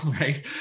right